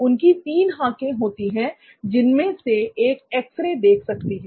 उनकी 3 आंखें होती हैं जिसमें से एक एक्स रे देख सकती हैं